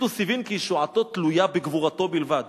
"טיטוס הבין כי ישועתו תלויה בגבורתו בלבד,